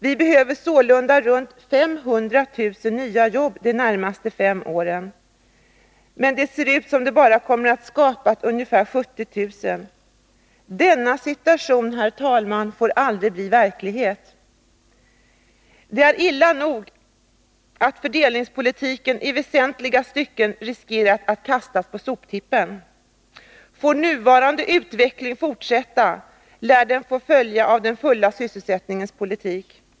Vi behöver således runt 500 000 nya jobb de närmaste fem åren, men det ser ut som om det bara kommer att skapas ungefär 70 000. Denna situation, herr talman, får aldrig bli verklighet. Det är illa nog att fördelningspolitiken i väsentliga stycken riskerar att kastas på soptippen. Får nuvarande utveckling fortsätta lär den få följe av den fulla sysselsättningens politik.